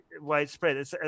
widespread